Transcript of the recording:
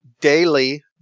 daily